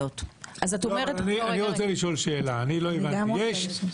אני רוצה לשאול כי לא הבנתי.